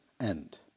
end